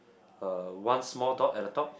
uh one small dot at the top